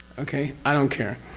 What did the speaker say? okay, i don't care.